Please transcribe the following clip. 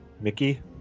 Mickey